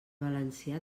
valencià